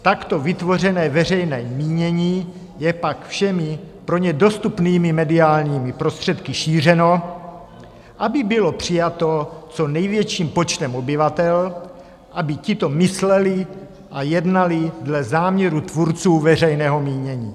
Takto vytvořené veřejné mínění je pak všemi pro ně dostupnými mediálními prostředky šířeno, aby bylo přijato co největším počtem obyvatel, aby tito mysleli a jednali dle záměru tvůrců veřejného mínění.